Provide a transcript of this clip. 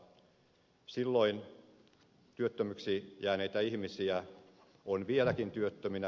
silloin työttömiksi jääneitä ihmisiä on vieläkin työttöminä